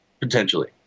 potentially